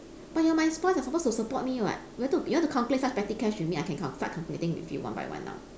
but you're my spouse you're supposed to support me [what] you want to ta~ you want to calculate such petty cash with me I can count start calculating with you one by one now